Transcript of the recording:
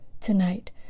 tonight